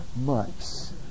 months